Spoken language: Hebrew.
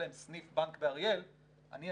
כי יש להם סניף בנק באריאל,